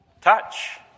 touch